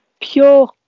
pure